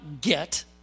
get